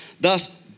Thus